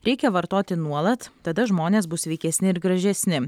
reikia vartoti nuolat tada žmonės bus sveikesni ir gražesni